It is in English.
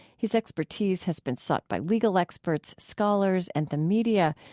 his expertise has been sought by legal experts, scholars, and the media,